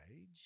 age